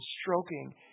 stroking